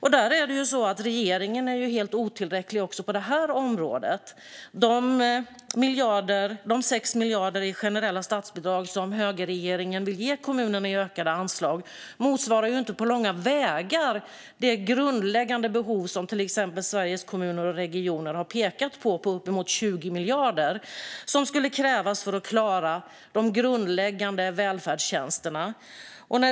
Regeringen är helt otillräcklig också på det här området. De 6 miljarder i generella statsbidrag som högerregeringen vill ge kommunerna i ökade anslag motsvarar ju inte på långa vägar det grundläggande behov som till exempel Sveriges Kommuner och Regioner har pekat på. Det är uppemot 20 miljarder som skulle krävas för att klara de grundläggande välfärdstjänsterna.